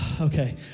okay